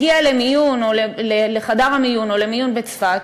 הגיע לחדר המיון או למיון בצפת,